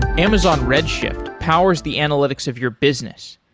amazon redshift powers the analytics of your business.